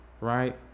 right